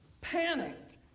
panicked